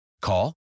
Call